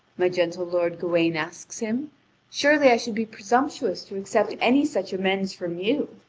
my gentle lord gawain asks him surely i should be presumptuous to accept any such amends from you.